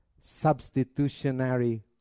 substitutionary